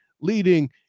leading